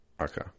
Okay